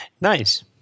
Nice